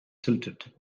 tilted